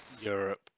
Europe